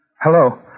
Hello